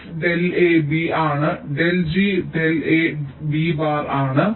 del g del a b bar ആണ്